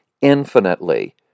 infinitely